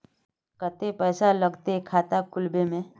केते पैसा लगते खाता खुलबे में?